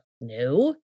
no